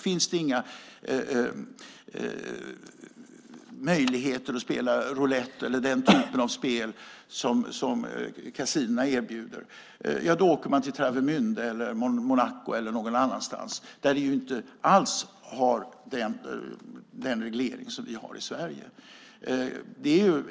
Finns det inga möjligheter att spela roulette eller den typen av spel som våra kasinon erbjuder åker man i stället till Travemünde, Monaco eller någon annanstans där man inte alls har samma reglering som vi har i Sverige.